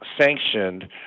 sanctioned